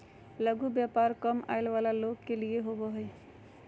लघु व्यापार कम आय वला लोग के लिए होबो हइ